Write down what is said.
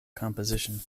composition